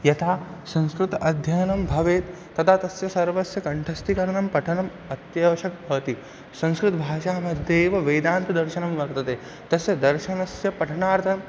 यथा संस्कृत अध्ययनं भवेत् तदा तस्य सर्वस्य कण्ठस्थीकरणं पठनम् अत्यावश्यकं भवति संस्कृतभाषामध्ये एव वेदान्तदर्शनं वर्तते तस्य दर्शनस्य पठनार्थं